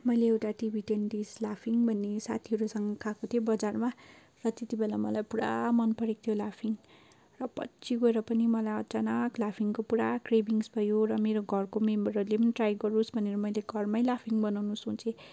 मैले एउटा Tibetan dish laphing भन्ने साथीहरूसँग खाएको थिएँ बजारमा र त्यति बेला मलाई पुरा मनपरेको थियो लाफिङ र पछि गएर पनि मलाई अचानक लाफिङको पुरा क्रेभिङ्स भयो र मेरो घरको मेम्बरहरूले पनि ट्राई गरोस् भनेर मैले घरमै लाफिङ बनाउनु सोचेँ